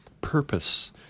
purpose